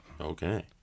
Okay